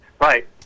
Right